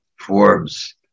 Forbes